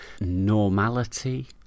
normality